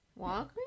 Walgreens